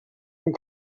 amb